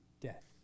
death